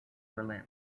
berlin